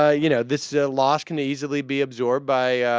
ah you know this ah. loss can easily be absorbed by ah.